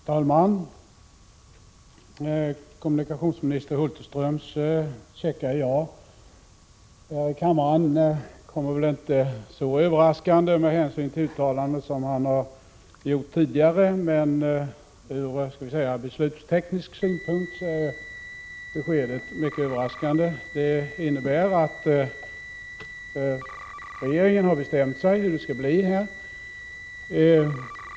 Herr talman! Kommunikationsminister Hulterströms käcka ja i kammaren kom väl inte så överraskande med hänsyn till uttalanden han gjort tidigare, men ur beslutsmässig synpunkt är beskedet mycket överraskande. Det innebär att regeringen har bestämt sig för hur det skall bli.